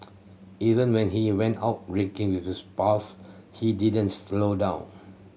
even when he went out with his pals he didn't slow down